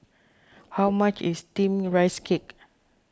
how much is Steamed Rice Cake